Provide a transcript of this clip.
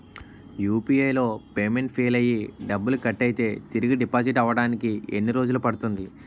UPI లో payment fail అయ్యి డబ్బులు కట్ అయితే తిరిగి డిపాజిట్ అవ్వడానికి ఎన్ని రోజులు పడుతుంది?